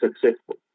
successful